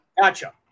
Gotcha